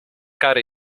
kary